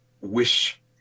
wish